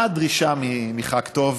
מה הדרישה מח"כ טוב?